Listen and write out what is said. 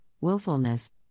Willfulness